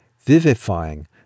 vivifying